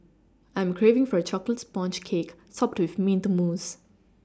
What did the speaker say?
I am craving for a chocolate sponge cake topped with mint mousse